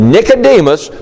Nicodemus